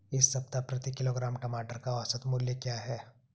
इस सप्ताह प्रति किलोग्राम टमाटर का औसत मूल्य क्या है?